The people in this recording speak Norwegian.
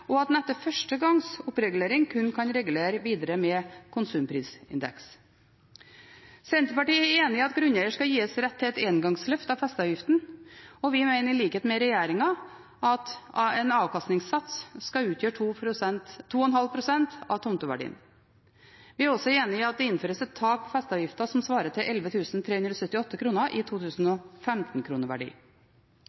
og at man etter første gangs oppregulering kun kan regulere videre med konsumprisindeks. Senterpartiet er enig i at grunneier skal gis rett til et engangsløft av festeavgiften, og vi mener, i likhet med regjeringen, at en avkastningssats skal utgjøre 2,5 pst. av tomteverdien. Vi er også enig i at det innføres et tak på festeavgiften som svarer til 11 378 kr i